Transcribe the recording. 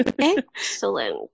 Excellent